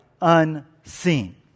unseen